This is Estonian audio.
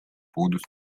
puudust